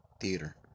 Theater